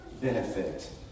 benefit